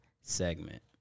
segment